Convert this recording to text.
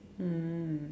mm